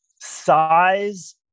size